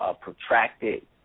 protracted